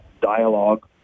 dialogue